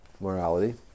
morality